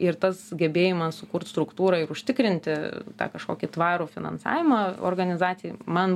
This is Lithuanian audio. ir tas gebėjimas sukurt struktūrą ir užtikrinti tą kažkokį tvarų finansavimą organizacijai man